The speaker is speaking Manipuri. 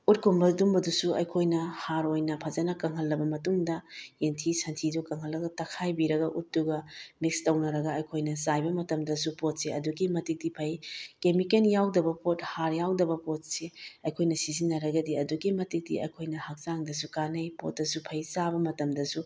ꯎꯠꯀꯨꯝꯕ ꯑꯗꯨꯝꯕꯗꯨꯁꯨ ꯑꯩꯈꯣꯏꯅ ꯍꯥꯔ ꯑꯣꯏꯅ ꯐꯖꯅ ꯀꯪꯍꯜꯂꯕ ꯃꯇꯨꯡꯗ ꯌꯦꯟꯊꯤ ꯁꯟꯊꯤꯗꯨ ꯀꯪꯍꯜꯂꯒ ꯇꯛꯈꯥꯏꯕꯤꯔꯒ ꯎꯠꯇꯨꯒ ꯃꯤꯛꯁ ꯇꯧꯅꯔꯒ ꯑꯩꯈꯣꯏꯅ ꯆꯥꯏꯕ ꯃꯇꯝꯗꯁꯨ ꯄꯣꯠꯁꯦ ꯑꯗꯨꯛꯀꯤ ꯃꯇꯤꯛꯇꯤ ꯐꯩ ꯀꯦꯃꯤꯀꯦꯜ ꯌꯥꯎꯗꯕ ꯄꯣꯠ ꯍꯥꯔ ꯌꯥꯎꯗꯕ ꯄꯣꯠꯁꯤ ꯑꯩꯈꯣꯏꯅ ꯁꯤꯖꯤꯟꯅꯔꯒꯗꯤ ꯑꯗꯨꯛꯀꯤ ꯃꯇꯤꯛꯇꯤ ꯑꯩꯈꯣꯏꯅ ꯍꯛꯆꯥꯡꯗꯁꯨ ꯀꯥꯟꯅꯩ ꯄꯣꯠꯇꯁꯨ ꯐꯩ ꯆꯥꯕ ꯃꯇꯝꯗꯁꯨ